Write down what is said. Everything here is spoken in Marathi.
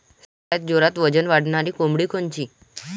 सगळ्यात जोरात वजन वाढणारी कोंबडी कोनची?